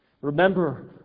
Remember